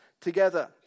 together